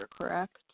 correct